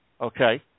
Okay